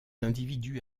individus